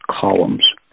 columns